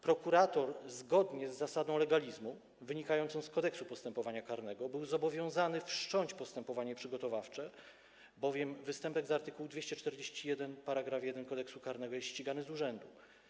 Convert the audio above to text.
Prokurator zgodnie z zasadą legalizmu, wynikającą z Kodeksu postępowania karnego, był zobowiązany wszcząć postępowanie przygotowawcze, bowiem występek z art. 241 § 1 Kodeksu karnego jest ścigany z urzędu.